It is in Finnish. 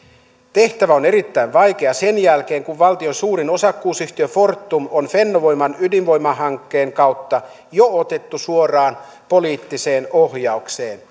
tehtävä on erittäin vaikea sen jälkeen kun valtion suurin osakkuusyhtiö fortum on fennovoiman ydinvoimahankkeen kautta jo otettu suoraan poliittiseen ohjaukseen